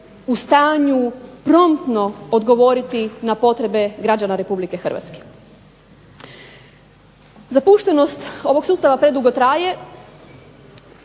u stanju promptno odgovoriti na potrebe građana Republike Hrvatske. Zapuštenost ovog sustava predugo traje,